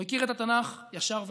הוא הכיר את התנ"ך ישר והפוך,